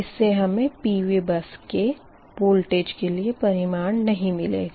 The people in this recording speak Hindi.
इस से हमें PV बस के वोल्टेज के लिए परिमाण नही मिलेगा